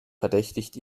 verdächtigt